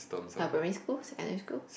uh primary school secondary school